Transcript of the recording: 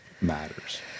matters